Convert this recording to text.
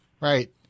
Right